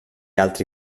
altri